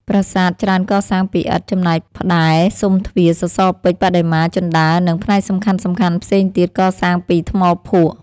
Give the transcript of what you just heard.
ប្រាសាទច្រើនកសាងពីឥដ្ឋ ចំណែកផ្តែរ ស៊ុមទ្វារ សសរពេជ្រ បដិមា ជណ្តើរ និង ផ្នែកសំខាន់ៗផ្សេងទៀតកសាងពីថ្មភក់។